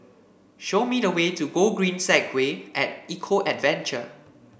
show me the way to Gogreen Segway at Eco Adventure